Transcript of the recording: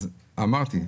אמרתי.